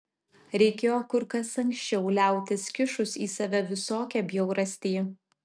reikėjo kur kas anksčiau liautis kišus į save visokią bjaurastį